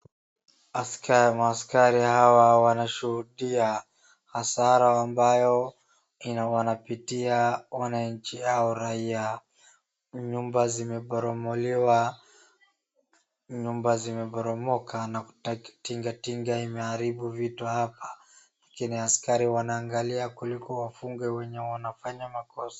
Askari, maaskari hawa wanashuhudia hasara ambayo wanapitia wananchi hao raia. Nyumba zimeboromoliwa, nyumba zimeboromoka na tingatinga imeharibu vitu hapa. Lakini askari wanaangalia kuliko wafunge wenye wanafanya makosa.